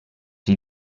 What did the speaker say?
die